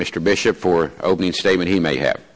mr bishop for opening statement he may have